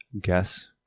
guess